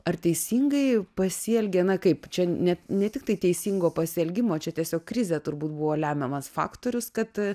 ar teisingai pasielgė na kaip čia ne ne tiktai teisingo pasielgimo čia tiesiog krizė turbūt buvo lemiamas faktorius kad